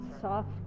soft